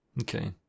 Okay